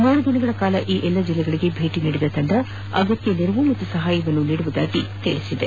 ಮೂರು ದಿನಗಳ ಕಾಲ ಈ ಎಲ್ಲಾ ಜಿಲ್ಲೆಗಳಿಗೆ ಭೇಟಿ ನೀಡಿದ ತಂಡ ಅಗತ್ಯ ನೆರವು ಹಾಗೂ ಸಹಾಯವನ್ನು ನೀಡುವುದಾಗಿ ಹೇಳಿದೆ